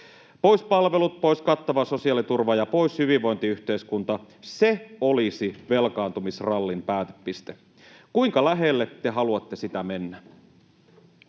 Pois palvelut, pois kattava sosiaaliturva ja pois hyvinvointiyhteiskunta — se olisi velkaantumisrallin päätepiste. Kuinka lähelle te haluatte sitä mennä?